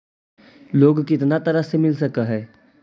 Loan कितना तरह से मिल सक है?